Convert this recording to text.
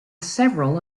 several